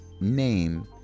name